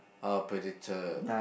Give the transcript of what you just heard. oh Predator